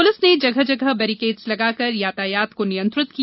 police ने जगह जगह बेरिकेड्स लगाकर यातायात को नियंत्रित किया